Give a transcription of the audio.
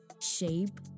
shape